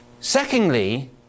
Secondly